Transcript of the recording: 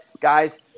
guys –